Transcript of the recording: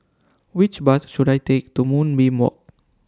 Which Bus should I Take to Moonbeam Walk